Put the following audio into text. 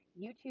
YouTube